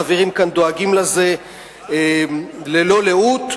החברים כאן דואגים לזה ללא לאות,